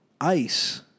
ice